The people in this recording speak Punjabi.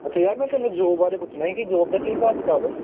ਅੱਛਾ ਯਾਰ ਮੈਂ ਤੁਹਾਨੂੰ ਜੋਬ ਬਾਰੇ ਪੁੱਛਣਾ ਸੀ ਕਿ ਜੋਬ ਦਾ ਕੀ ਹਿਸਾਬ ਕਿਤਾਬ ਹੈ